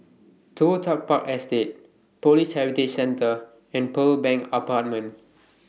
Toh Tuck Park Estate Police Heritage Centre and Pearl Bank Apartment